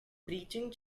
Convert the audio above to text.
breaching